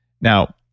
now